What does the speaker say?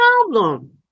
problem